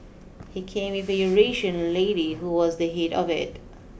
he came with a Eurasian lady who was the head of it